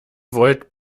volt